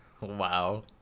Wow